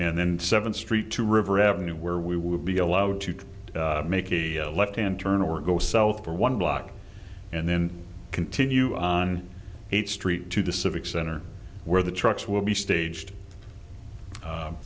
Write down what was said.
and then seventh street to river avenue where we will be allowed to make a left hand turn or go south for one block and then continue on eighth street to the civic center where the trucks will be staged